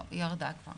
לא, היא ירדה כבר.